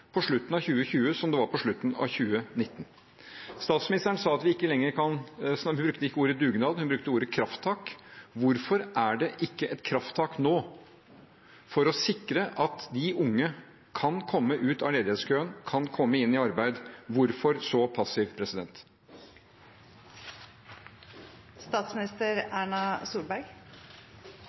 på slutten av 2020 som de var på slutten av 2019. Statsministeren brukte ikke ordet «dugnad», hun brukte ordet «krafttak». Hvorfor er det ikke et krafttak nå for å sikre at de unge kan komme ut av ledighetskøen, komme inn i arbeid? Hvorfor så passiv?